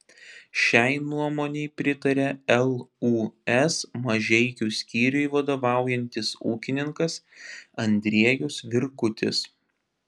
šiai nuomonei pritaria lūs mažeikių skyriui vadovaujantis ūkininkas andriejus virkutis